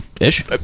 Ish